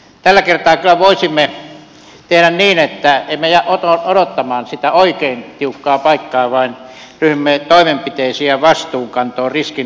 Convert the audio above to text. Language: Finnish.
tällä kertaa kyllä voisimme tehdä niin että emme jää odottamaan sitä oikein tiukkaa paikkaa vaan ryhdymme toimenpiteisiin ja vastuunkantoon riskinottoon jo nytten